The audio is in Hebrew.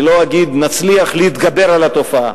ואני לא אגיד "נצליח להתגבר על התופעה",